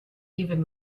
even